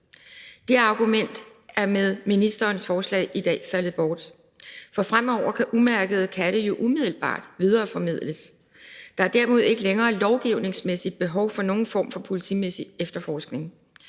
Det argument er med ministerens forslag i dag faldet bort, for fremover kan umærkede katte jo umiddelbart videreformidles. Der er derimod ikke længere lovgivningsmæssig behov for nogen form for politimæssig efterforskning.